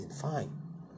fine